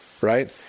right